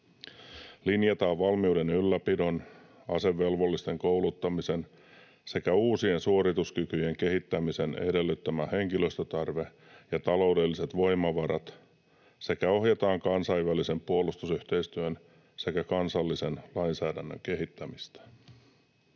linjataan valmiuden ylläpidon, asevelvollisten kouluttamisen sekä uusien suorituskykyjen kehittämisen edellyttämä henkilöstötarve ja taloudelliset voimavarat sekä ohjataan kansainvälisen puolustusyhteistyön ja kansallisen lainsäädännön kehittämistä.